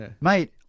mate